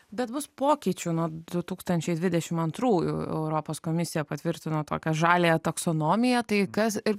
bet bus pokyčių nuo du tūkstančiai dvidešimt antrųjų europos komisija patvirtino tokią žaliąją taksonomiją tai kas ir